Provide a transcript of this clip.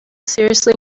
seriously